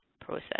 process